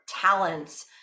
talents